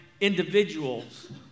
individuals